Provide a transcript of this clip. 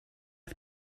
auf